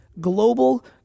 global